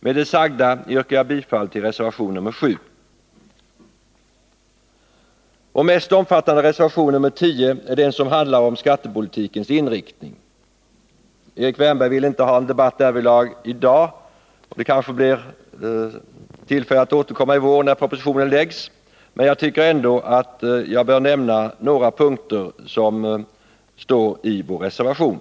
Med det sagda yrkar jag bifall till reservation nr 7 i skatteutskottets betänkande. Vår mest omfattande reservation, nr 10, är den som handlar om skattepolitikens inriktning. Erik Wärnberg vill inte ha någon debatt om detta i dag. Det kanske blir tillfälle att återkomma i vår, när propositionen läggs fram, men jag tycker ändå att jag bör nämna några punkter som står i vår reservation.